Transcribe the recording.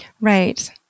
Right